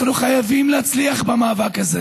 אנחנו חייבים להצליח במאבק הזה